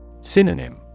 Synonym